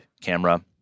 camera